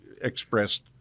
expressed